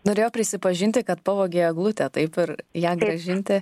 norėjo prisipažinti kad pavogė eglutę taip ir ją grąžinti